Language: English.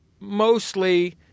mostly